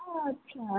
আচ্ছা